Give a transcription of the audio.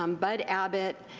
um bud abbott,